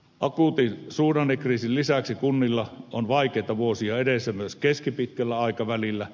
akuutin suhdannekriisin lisäksi kunnilla on vaikeita vuosia edessä myös keskipitkällä aikavälillä